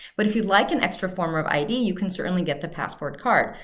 but, if you'd like an extra form of id, you can certainly get the passport card.